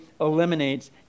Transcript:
eliminates